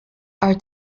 are